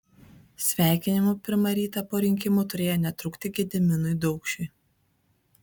sveikinimų pirmą rytą po rinkimų turėjo netrūkti gediminui daukšiui